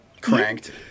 cranked